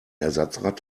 ersatzrad